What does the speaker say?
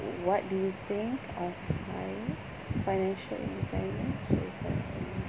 what do you think of fi~ financial independence